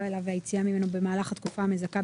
אבל היועצים המשפטיים ונציגי רשות המסים הסבירו